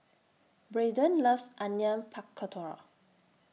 Braydon loves Onion Pakora